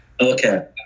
Okay